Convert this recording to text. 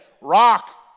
rock